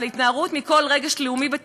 אבל התנערות מכל רגש לאומי ותפיסתו,